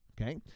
okay